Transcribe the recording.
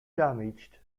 damaged